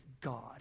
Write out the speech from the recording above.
God